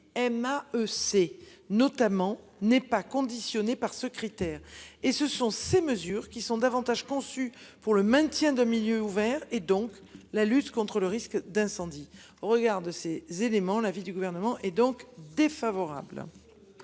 c'est notamment n'est pas conditionnée par ce critère et ce sont ces mesures qui sont davantage conçues pour le maintien de milieu ouvert et donc la lutte contre le risque d'incendie au regard de ces éléments, l'avis du gouvernement est donc défavorable.